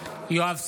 יואב סגלוביץ'